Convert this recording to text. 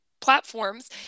platforms